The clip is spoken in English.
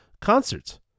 concerts